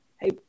hey